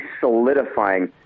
solidifying